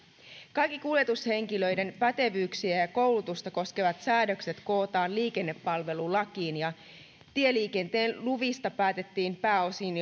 kaikki kuljetushenkilöiden pätevyyksiä ja ja koulutusta koskevat säädökset kootaan liikennepalvelulakiin ja tieliikenteen luvista päätettiin pääosin